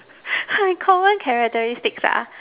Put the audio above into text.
common characteristics ah